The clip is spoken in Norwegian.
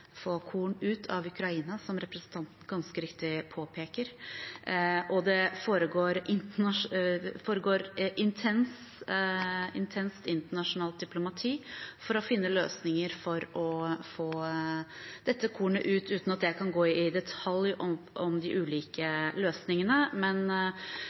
korn ut av Ukraina, som representanten ganske riktig påpeker. Det foregår intenst internasjonalt diplomati for å finne løsninger for å få dette kornet ut, uten at jeg kan gå i detalj om de ulike løsningene. Men